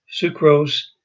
sucrose